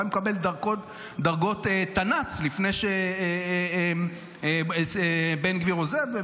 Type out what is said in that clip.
אולי הוא מקבל דרגות תנ"צ לפני שבן גביר עוזב.